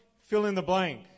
fill-in-the-blank